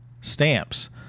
stamps